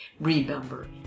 Remember